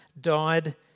died